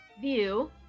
view